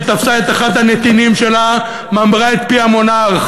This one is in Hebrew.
שתפסה את אחד הנתינים שלה ממרה את פי המונרך,